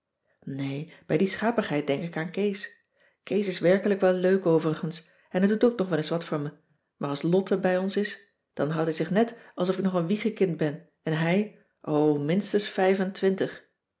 nee bij die schapigheid denk ik aan kees kees is werkelijk wel leuk overigens en hij doet ook nog wel eens wat voor me maar als lotte bij ons is dan houdt hij zich net alsof ik nog een wiegekind ben en hij o minstens